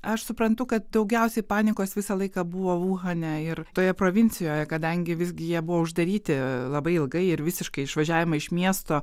aš suprantu kad daugiausiai panikos visą laiką buvo uhane ir toje provincijoje kadangi visgi jie buvo uždaryti labai ilgai ir visiškai išvažiavimą iš miesto